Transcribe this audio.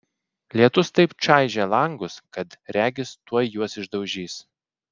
lietus taip čaižė langus kad regis tuoj juos išdaužys